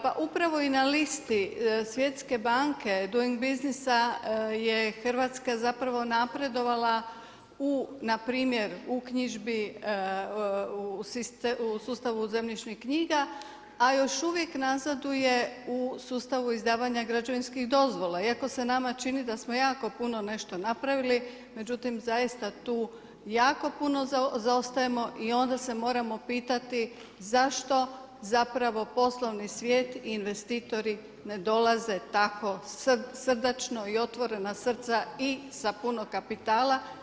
Pa upravo i na listi Svjetske banke Doing businessa je Hrvatska napredovala npr. u uknjižbi u sustavu zemljišnih knjiga, a još uvijek nazaduje u sustavu izdavanja građevinskih dozvola, iako se nama čini da smo jako puno nešto napravili, međutim zaista tu jako puno zaostajemo i onda se moramo pitati zašto poslovni svijet i investitori ne dolaze tako srdačno i otvorena srca i sa puno kapitala.